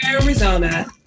Arizona